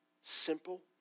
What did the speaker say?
Simple